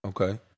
Okay